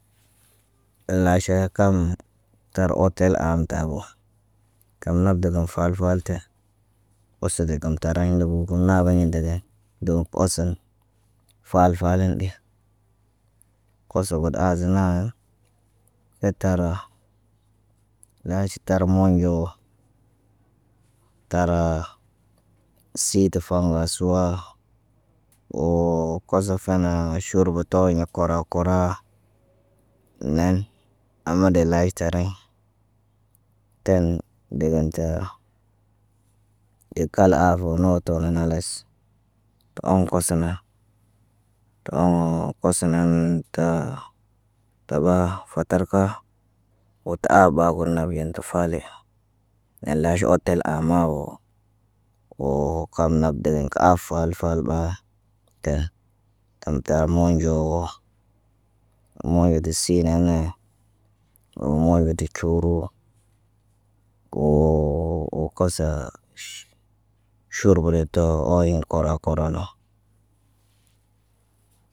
Laʃo kam tar otel aamtar wa. Kala dəgan fal fal te kə səbə kan taraɲ lubu kə naba ye ndege. Deb oson, faal faalən ɗi koso got aazən naaŋge he tara naaʃi tar moŋgo tar siid faŋga suwa. Woo kozofenee ʃurbu ta waɲa kura kura. Naan aɲa deb laaytara ceŋg deben ta deb kal afe nower cala khalas. Tə a koso na tə aa kosonaŋgin taa. Ta ɓaa fakar ka woo ta aab gurnab gen tə faali. Elaʃi otel aama woo. Woo kal nap deen ka aalfalfal ɓa. Ten ten ta moonɟoo. Mawodi sii naŋg woo. Woo mal wodik coro. Woo kasa ʃurba bare too ayen kora kora noh.